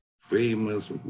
famous